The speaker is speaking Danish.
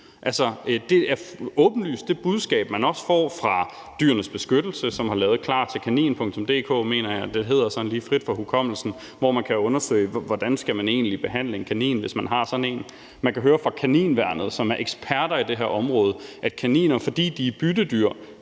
det budskab, man også får fra Dyrenes Beskyttelse, som har lavet en underside, som hedder Klar til kanin – mener jeg at den hedder – hvor man kan undersøge, hvordan man egentlig skal behandle en kanin, hvis man har sådan en. Man kan høre fra Kaninværnet, som er eksperter på det her område, at kaniner, fordi de er byttedyr,